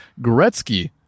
Gretzky